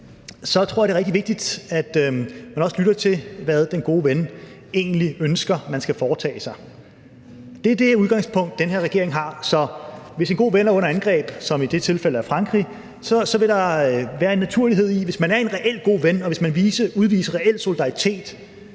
også tror, det er rigtig vigtigt, at man lytter til, hvad den gode ven egentlig ønsker man skal foretage sig, og det er det udgangspunkt, som den her regering har. Så hvis en god ven er under angreb – som i det tilfælde er Frankrig – vil der være en naturlighed i, at man, hvis man er en reel og god ven, og hvis man vil udvise reel solidaritet,